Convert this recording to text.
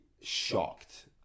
shocked